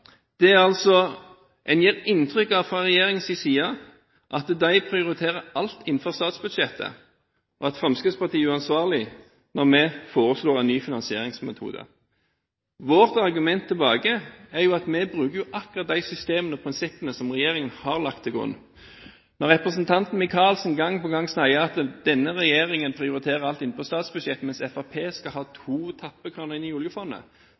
gir en altså inntrykk av fra regjeringens side at den prioriterer alt innenfor statsbudsjettet, og at Fremskrittspartiet er uansvarlig når vi foreslår en ny finansieringsmetode. Vårt argument er jo at vi bruker akkurat de systemene og konseptene som regjeringen har lagt til grunn. Når representanten Micaelsen gang på gang sier at denne regjeringen prioriterer alt innenfor på statsbudsjettet, mens Fremskrittspartiet skal ha to tappekraner inn i oljefondet,